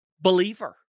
believer